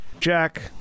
Jack